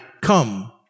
come